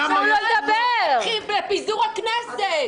כי עוסקים בפיזור הכנסת.